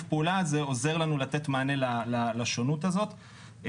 הפעולה הזה עוזר לנו לתת מענה לשונות הזאת.